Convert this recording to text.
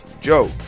Joe